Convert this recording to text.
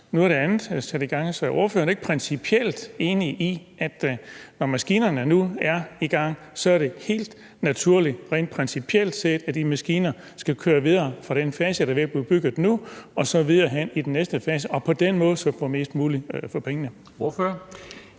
Nu er det andet sat i gang, så er ordføreren ikke principielt enig i, at når maskinerne nu er i gang, er det helt naturligt rent principielt set, at de maskiner skal køre videre fra den fase, der er ved at blive bygget nu, og så videre hen i den næste fase, og at vi på den måde så får mest muligt for pengene?